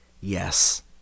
Yes